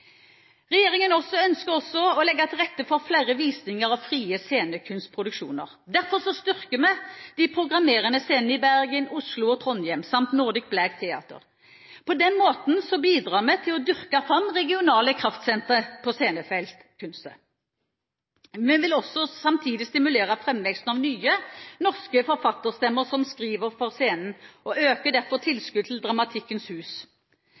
Regjeringen ønsker også å legge til rette for flere visninger av frie scenekunstproduksjoner. Derfor styrker vi de programmerende scenene i Bergen Oslo og Trondheim, samt Nordic Black Theatre. På denne måten bidrar vi til å dyrke fram regionale kraftsentre på scenekunstfeltet. Vi vil også samtidig stimulere framveksten av nye norske forfatterstemmer som skriver for scenen, og vi øker derfor tilskuddet til Dramatikkens hus.